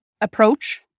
approach